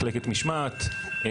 מחלקת משמעת,